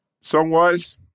Song-wise